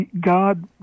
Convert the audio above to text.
God